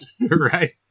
right